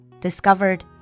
discovered